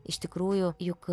iš tikrųjų juk